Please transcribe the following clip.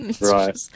Right